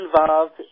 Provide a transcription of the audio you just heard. involved